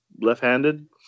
left-handed